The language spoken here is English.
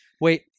Wait